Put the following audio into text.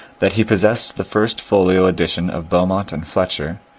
that he possessed the first folio edition of beaumont and fletcher,